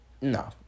No